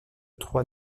trois